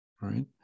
right